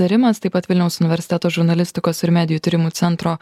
rimas taip pat vilniaus universiteto žurnalistikos ir medijų tyrimų centro